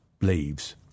leaves